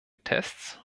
tests